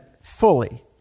fully